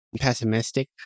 pessimistic